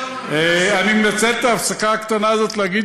אני מנצל את ההפסקה הקטנה הזאת להגיד